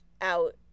out